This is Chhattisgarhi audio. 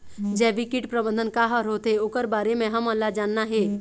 जैविक कीट प्रबंधन का हर होथे ओकर बारे मे हमन ला जानना हे?